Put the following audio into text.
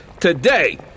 Today